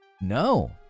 No